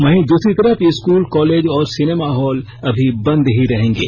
वहीं दूसरी तरफ स्कूल कॉलेज और सिनेमा हॉल अभी बन्द ही रहेंगे